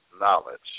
knowledge